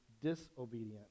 disobedient